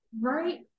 Right